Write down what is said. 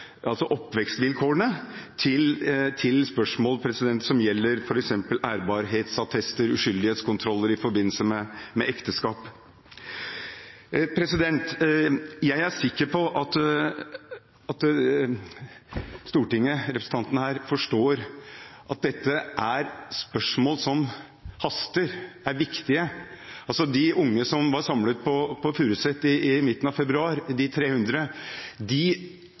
altså oppvekstvilkårene – til spørsmål som gjelder f.eks. ærbarhetsattester og uskyldighetskontroller i forbindelse med ekteskap. Jeg er sikker på at Stortinget, representantene her, forstår at dette er spørsmål som haster og er viktige. De unge som var samlet på Furuset i midten av februar, de 300,